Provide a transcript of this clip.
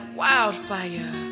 wildfire